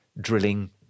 drilling